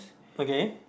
okay